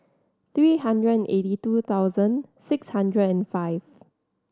three hundred eighty two thousand six hundred and five